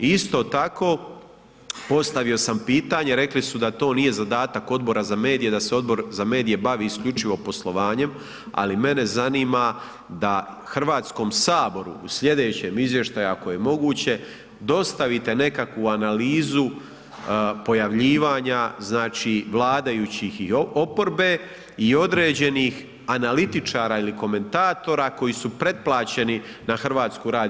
Isto tako postavio sam pitanje, rekli su da to nije zadatak Odbora za medije, da se Odbor za medije bavi isključivo poslovanjem, ali mene zanima da Hrvatskom saboru u slijedećem izvještaju ako je moguće dostavite nekakvu analizu pojavljivanja, znači vladajućih i oporbe i određenih analitičara ili komentatora koji su pretplaćeni na HRT.